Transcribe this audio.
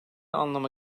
anlama